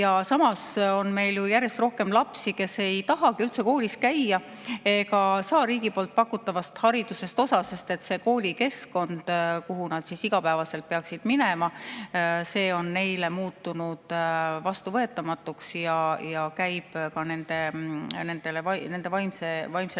Ja samas on meil ju järjest rohkem lapsi, kes ei taha üldse koolis käia ega saa riigi pakutavast haridusest osa, sest see koolikeskkond, kuhu nad iga päev peaksid minema, on neile muutunud vastuvõetamatuks ja käib ka nende vaimsele